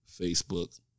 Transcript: Facebook